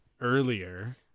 earlier